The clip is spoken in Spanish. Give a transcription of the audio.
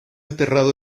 enterrado